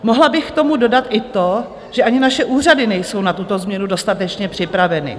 Mohla bych k tomu dodat i to, že ani naše úřady nejsou na tuto změnu dostatečně připraveny.